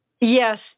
Yes